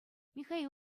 михаил